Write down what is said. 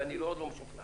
ואני עוד לא משוכנע,